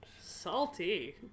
Salty